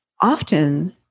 often